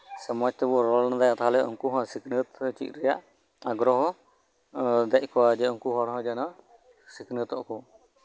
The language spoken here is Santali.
ᱥᱮ ᱢᱚᱸᱡ ᱛᱮᱵᱚ ᱨᱚᱲ ᱞᱟᱸᱫᱟᱭᱟ ᱛᱟᱞᱦᱮ ᱩᱱᱠᱩ ᱦᱚᱸ ᱥᱤᱠᱷᱱᱟᱹᱛ ᱪᱮᱫ ᱨᱮᱭᱟᱜ ᱟᱜᱨᱚᱦᱚ ᱫᱮᱡ ᱟᱠᱚᱣᱟ ᱡᱮ ᱩᱱᱠᱩ ᱦᱚᱲ ᱦᱚᱸ ᱡᱮᱱᱚ ᱥᱤᱠᱷᱱᱟᱹᱛᱚᱜᱼᱟ ᱠᱚ